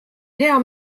hea